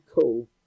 cool